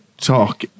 talk